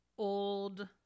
old